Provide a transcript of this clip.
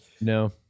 No